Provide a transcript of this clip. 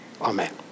amen